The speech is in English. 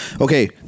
okay